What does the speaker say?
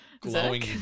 glowing